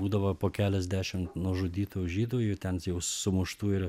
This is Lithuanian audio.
būdavo po keliasdešim nužudytų žydų jų ten jau sumuštų ir